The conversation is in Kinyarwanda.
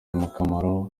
akamaro